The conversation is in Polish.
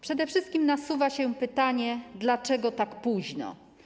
Przede wszystkim nasuwa się pytanie, dlaczego tak późno.